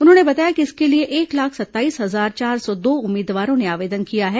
उन्होंने बताया कि इसके लिए एक लाख सत्ताईस हजार चार सौ दो उम्मीदवारों ने आवेदन किया है